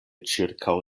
ĉirkaŭ